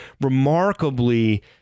remarkably